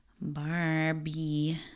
Barbie